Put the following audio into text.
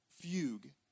fugue